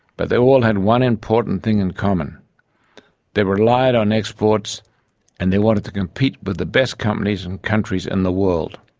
but they all had one important thing in common they relied on exports and they wanted to compete with the best companies and countries in the world.